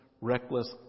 reckless